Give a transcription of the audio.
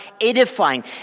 edifying